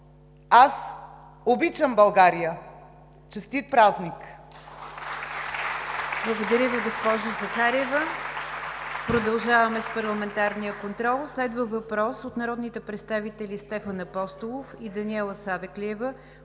Аз обичам България! Честит празник!“